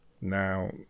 now